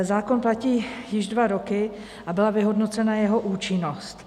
Zákon platí již dva roky a byla vyhodnocena jeho účinnost.